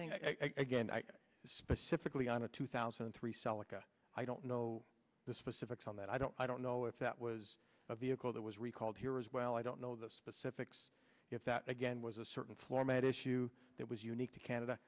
think again i was specifically on a two thousand and three celica i don't know the specifics on that i don't i don't know if that was a vehicle that was recalled here as well i don't know the specifics if that again was a certain floor mat issue that was unique to canada